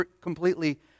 completely